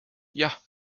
jah